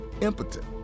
impotent